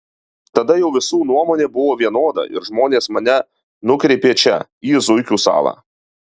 tada jau visų nuomonė buvo vienoda ir žmonės mane nukreipė čia į zuikių salą